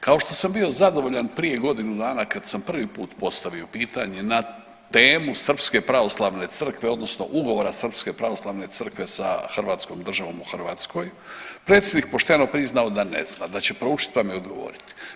Kao što sam bio zadovoljan prije godinu dana kada sam prvi put postavio pitanje na temu Srpske pravoslavne crkve odnosno Ugovora Srpske pravoslavne crkve sa hrvatskom državom u Hrvatskoj, predsjednik je pošteno priznao da ne zna, da će proučiti pa mi odgovoriti.